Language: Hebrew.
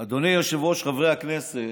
היושב-ראש, חברי הכנסת,